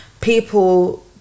people